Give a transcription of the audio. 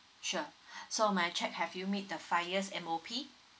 sure so may I check have you met the five years M_O_P